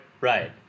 Right